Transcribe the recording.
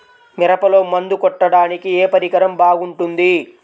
మిరపలో మందు కొట్టాడానికి ఏ పరికరం బాగుంటుంది?